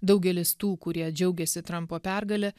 daugelis tų kurie džiaugiasi trampo pergale